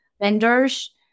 vendors